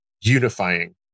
unifying